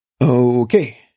Okay